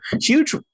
Huge